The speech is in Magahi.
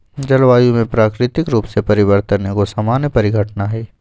जलवायु में प्राकृतिक रूप से परिवर्तन एगो सामान्य परिघटना हइ